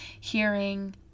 hearing